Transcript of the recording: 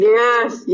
Yes